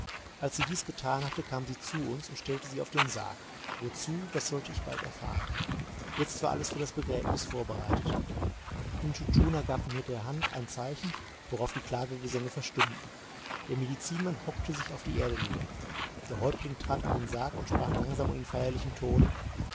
als sie dies getan hatte kam sie zu uns und stellte sie auf den sarg wozu das sollte ich bald erfahren jetzt war alles für das begräbnis vorbereitet intschu tschuna gab mit der hand ein zeichen worauf die klagegesänge verstummten der medizinmann hockte sich auf die erde nieder der häuptling trat an den sarg und sprach langsam und in feierlichem tone